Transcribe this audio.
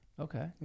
Okay